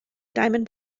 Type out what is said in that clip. diamond